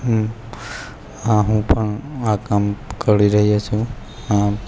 હું હાં હું પણ આ કામ કરી રહ્યો છું અને